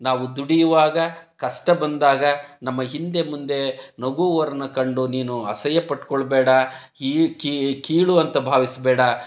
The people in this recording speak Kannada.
ನಾವು ದುಡಿಯುವಾಗ ಕಷ್ಟ ಬಂದಾಗ ನಮ್ಮ ಹಿಂದೆ ಮುಂದೆ ನಗುವರನ್ನ ಕಂಡು ನೀನು ಅಸಹ್ಯ ಪಟ್ಟುಕೊಳ್ಬೇಡ ಕೀಳು ಅಂತ ಭಾವಿಸಬೇಡ